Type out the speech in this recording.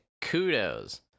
kudos